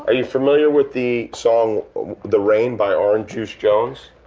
ah you familiar with the song the rain by orange juice jones?